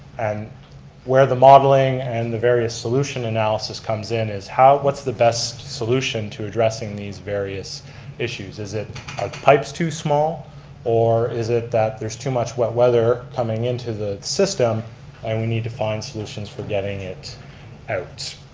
and where the modeling and the various solution analysis comes in is what's the best solution to addressing these various issues. is it are pipes too small or is it that there's too much wet weather coming in to the system and we need to find solutions for getting it out.